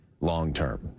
long-term